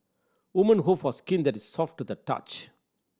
woman hope for skin that is soft to the touch